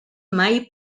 mai